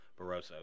Barroso